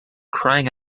crying